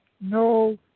no